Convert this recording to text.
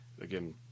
again